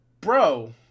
Bro